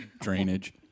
drainage